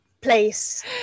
place